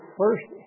first